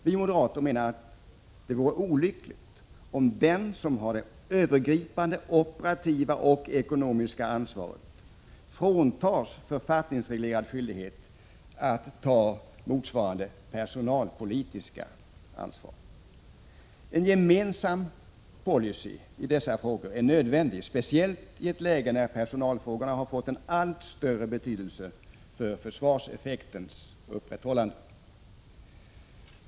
Vi moderater menar att det vore olyckligt om den som har det övergripande operativa och ekonomiska ansvaret fråntas författningsreglerad skyldighet att ta motsvarande personalpolitiska ansvar. En gemensam policy i dessa frågor är nödvändig, speciellt i ett läge där personalfrågorna har fått en allt större betydelse för försvarseffektens upprätthållande.